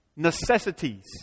Necessities